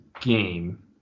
game